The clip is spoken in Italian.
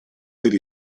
per